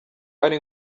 ari